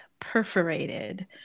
perforated